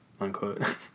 Unquote